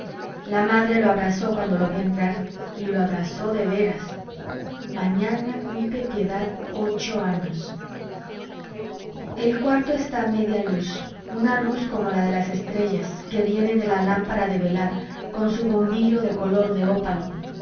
la madre lo abrazó cuando lo vio entrar y lo abrazó de veras mañana cumple piedad ocho años el cuarto está a media luz una luz como la de las estrellas que viene de la lámpara de velar con su bombillo de color de ópalo